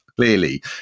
Clearly